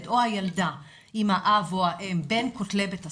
או הילדה עם האב או האם בין כותלי בית הסוהר,